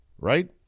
Right